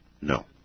No